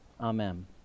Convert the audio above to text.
Amen